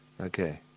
Okay